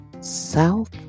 South